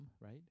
right